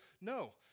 no